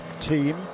team